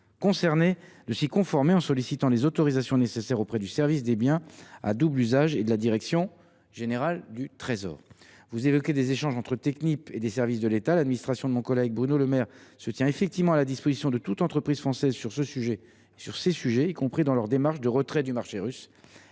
concernées de s’y conformer, en sollicitant les autorisations nécessaires auprès du service des biens à double usage et de la direction générale du Trésor. Vous évoquez des échanges entre le groupe Technip Energies et les services de l’État. L’administration de mon collègue Bruno Le Maire se tient en effet à la disposition de toutes les entreprises françaises sur ce sujet, y compris pour les aider dans leurs démarches de retrait du marché russe.